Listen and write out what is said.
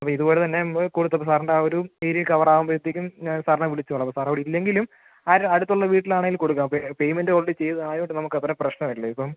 അപ്പം ഇതുപോലെ തന്നെ നമുക്ക് കൊടുത്ത് അപ്പം സാറിൻ്റെ ആ ഒരു ഏരിയ കവർ ആവുമ്പോഴത്തേക്കും ഞാൻ സാറിനെ വിളിച്ചോളാം അപ്പം സാർ അവിടെ ഇല്ലെങ്കിലും ആര് അടുത്തുള്ള വീട്ടിലാണെങ്കിലും കൊടുക്കാം പേ പേയ്മെൻറ് ഓൾറെഡി ചെയ്തതായതുകൊണ്ട് നമുക്ക് അത്രയും പ്രശ്നമില്ല ഇപ്പം